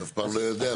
אתה אף פעם לא יודע.